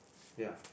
ya